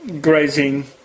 grazing